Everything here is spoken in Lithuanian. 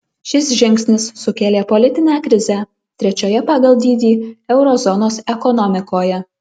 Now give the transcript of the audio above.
šis žingsnis sukėlė politinę krizę trečioje pagal dydį euro zonos ekonomikoje